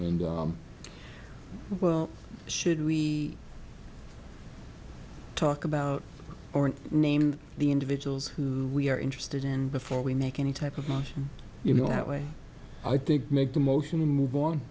and well should we talk about or name the individuals who we are interested in before we make any type of motion you know that way i think make the motion and move on